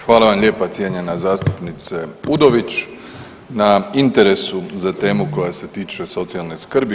Hvala vam lijepa cijenjena zastupnice Udović na interesu za temu koja se tiče socijalne skrbi.